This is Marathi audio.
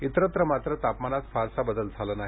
इतरत्र मात्र तापमानात फारसा बदल झाला नाही